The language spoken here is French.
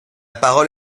parole